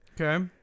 Okay